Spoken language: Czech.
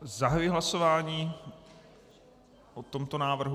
Zahajuji hlasování o tomto návrhu.